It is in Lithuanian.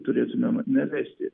turėtumėm neleisti